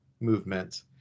movement